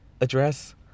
address